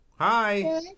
Hi